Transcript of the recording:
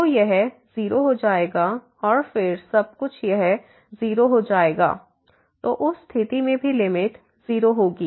तो यह 0 हो जाएगा और फिर सब कुछ यह 0 हो जाएगा तो उस स्थिति में भी लिमिट 0 होगी